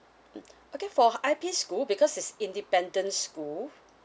mm okay for I_P school because it's independent school